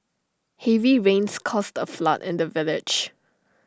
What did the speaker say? heavy rains caused A flood in the village